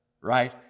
right